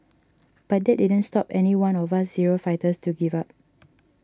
but that didn't stop any one of us zero fighters to give up